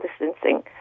distancing